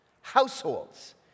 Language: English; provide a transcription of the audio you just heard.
households